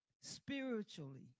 spiritually